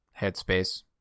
headspace